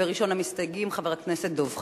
וראשון המסתייגים, חבר הכנסת דב חנין,